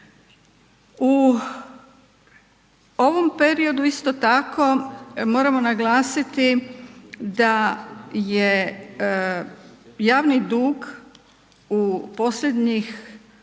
U ovom periodu isto tako moramo naglasiti da je javni dug u posljednjih